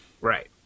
Right